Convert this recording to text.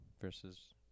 versus